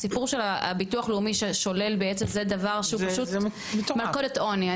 הסיפור של ביטוח לאומי שולל זה בעצם דבר שהוא מלכודת עוני.